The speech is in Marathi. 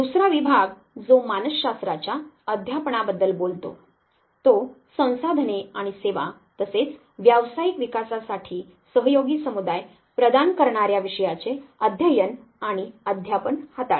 दुसरा विभाग जो मानसशास्त्राच्या अध्यापनाबद्दल बोलतो तो संसाधने आणि सेवा तसेच व्यावसायिक विकासासाठी सहयोगी समुदाय प्रदान करणार्या विषयाचे अध्ययन आणि अध्यापन हाताळते